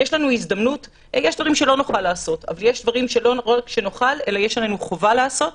וזאת הזדמנות לעשות דברים שחובה עלינו לעשות.